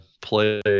play